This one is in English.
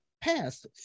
past